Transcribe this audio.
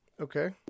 Okay